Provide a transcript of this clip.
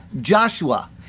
Joshua